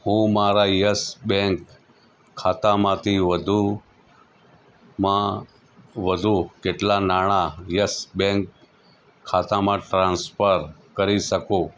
હું મારાં Yes Bank ખાતામાંથી વધુમાં વધુ કેટલા નાણાં યસ બેંક ખાતામાં ટ્રાન્સફર કરી શકું